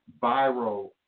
viral